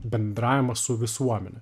bendravimą su visuomene